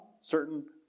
certain